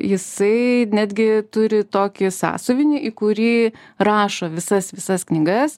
jisai netgi turi tokį sąsiuvinį į kurį rašo visas visas knygas